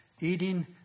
eating